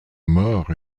mort